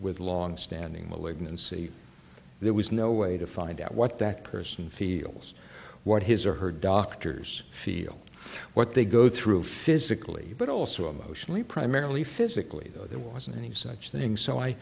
with a longstanding malignancy there was no way to find out what that person feels what his or her doctors feel what they go through physically but also emotionally primarily physically though there wasn't any such thing so i